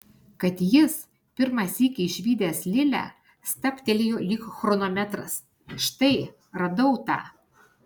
kad jis pirmą sykį išvydęs lilę stabtelėjo lyg chronometras štai radau tą